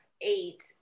eight